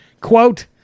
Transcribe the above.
quote